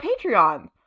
Patreon